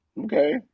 Okay